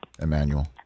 Emmanuel